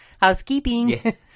Housekeeping